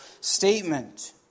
statement